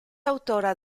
autora